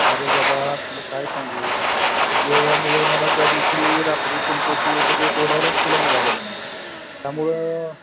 अरे बाबा तुला काय सांगू त्यामुळं मला त्या दिवशी रात्री तुमच्याशी म्हणजे बोलायलाच तुला मिळालेलं नाही त्यामुळं